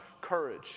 courage